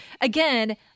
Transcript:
again